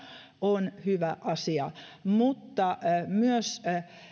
on hyvä asia mutta myös